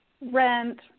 rent